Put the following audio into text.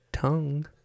Tongue